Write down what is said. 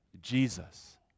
Jesus